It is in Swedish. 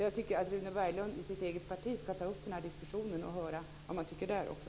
Jag tycker att Rune Berglund ska ta upp den här diskussionen i sitt eget parti och höra vad man tycker där också.